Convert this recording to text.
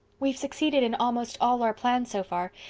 we've succeeded in almost all our plans so far,